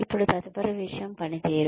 ఇప్పుడు తదుపరి విషయం పనితీరు